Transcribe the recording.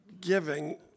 giving